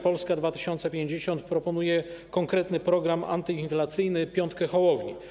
Polska 2050 proponuje konkretny program antyinflacyjny: piątka Hołowni.